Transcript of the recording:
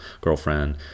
girlfriend